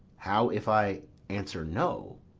how if i answer no?